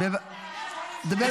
מה,